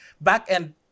back-end